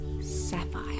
Sapphire